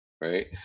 right